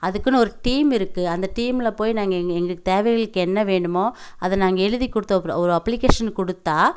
அதுக்குன்னு ஒரு டீம் இருக்குது அந்த டீமில் போய் நாங்கள் எங் எங்களுக்கு தேவைகளுக்கு என்ன வேணுமோ அதை நாங்கள் எழுதிக் கொடுத்தப்புறோம் ஒரு அப்ளிக்கேஷனு கொடுத்தா